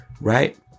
right